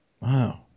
Wow